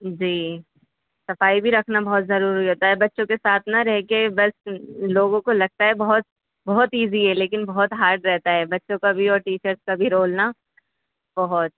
جی صفائی بھی رکھنا بہت ضروری ہوتا ہے بچوں کے ساتھ نہ رہ کے بس لوگوں کو لگتا ہے بہت بہت ایزی ہے لیکن بہت ہارڈ رہتا ہے بچوں کا بھی اور ٹیچرس کا بھی رول نا بہت